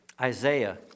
Isaiah